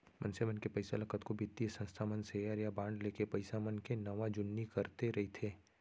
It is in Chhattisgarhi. मनसे मन के पइसा ल कतको बित्तीय संस्था मन सेयर या बांड लेके पइसा मन के नवा जुन्नी करते रइथे